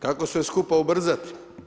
Kako sve skupa ubrzati?